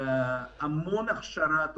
המון הכשרת עובדים.